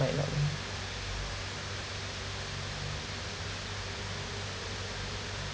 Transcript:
I likely